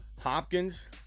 Hopkins